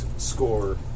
score